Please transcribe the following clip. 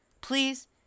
Please